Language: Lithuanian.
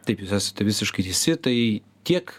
taip jūs esate visiškai teisi tai tiek